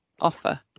offer